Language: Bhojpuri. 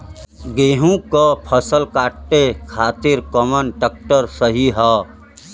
गेहूँक फसल कांटे खातिर कौन ट्रैक्टर सही ह?